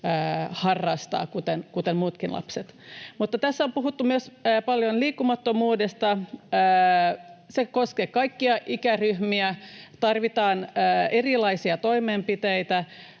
harrastaa kuten muutkin lapset. Tässä on puhuttu paljon myös liikkumattomuudesta. Se koskee kaikkia ikäryhmiä. Tarvitaan erilaisia toimenpiteitä.